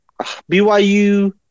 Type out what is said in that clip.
BYU